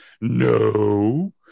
no